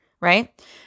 right